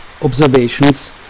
observations